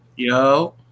Yo